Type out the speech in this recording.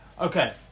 Okay